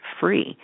free